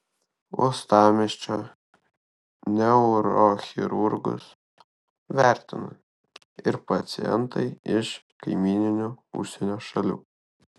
uostamiesčio neurochirurgus vertina ir pacientai iš kaimyninių užsienio šalių